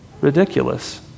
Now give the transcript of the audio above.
ridiculous